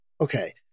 Okay